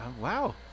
wow